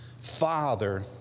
Father